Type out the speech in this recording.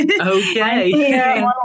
Okay